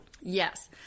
Yes